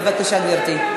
בבקשה, גברתי.